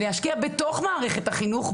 להשקיע בתוך מערכת החינוך,